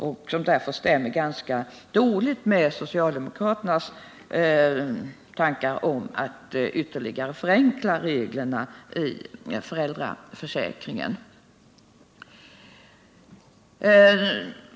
Det förslaget stämmer därför ganska dåligt med socialdemokraternas tankar om att ytterligare förenkla reglerna i föräldraförsäkringen.